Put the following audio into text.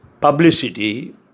publicity